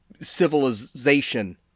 civilization